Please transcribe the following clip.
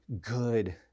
good